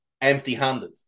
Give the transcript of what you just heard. empty-handed